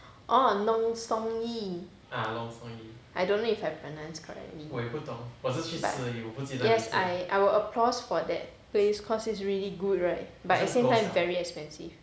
orh nunsongyee I don't know if I pronounced correctly but yes I I will applause for that place cause it's really good right but at same time very expensive